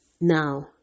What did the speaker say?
Now